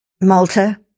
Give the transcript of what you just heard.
Malta